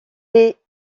est